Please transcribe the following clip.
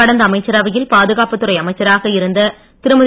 கடந்த அமைச்சரவையில் பாதுகாப்புத் துறை அமைச்சராக இருந்த திருமதி